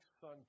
son